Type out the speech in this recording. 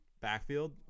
backfield